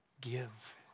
give